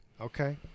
Okay